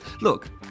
Look